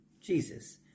Jesus